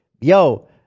Yo